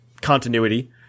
continuity